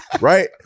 Right